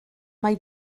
mae